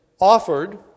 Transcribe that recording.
offered